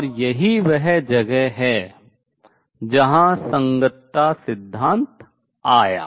और यही वह जगह है जहां संगतता सिद्धांत आया